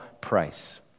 price